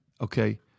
Okay